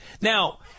Now